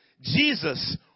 Jesus